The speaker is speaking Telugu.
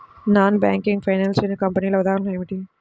నాన్ బ్యాంకింగ్ ఫైనాన్షియల్ కంపెనీల ఉదాహరణలు ఏమిటి?